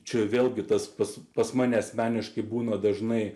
čia vėlgi tas pats pas mane asmeniškai būna dažnai